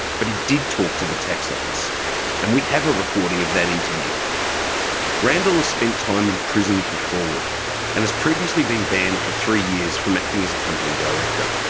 but he did talk to the tax office and we have a recording of that interview. randle has spent time in prison for fraud and has previously been banned for three years from acting as a company director.